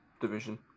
division